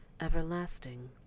everlasting